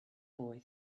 boy